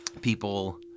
people